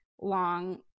long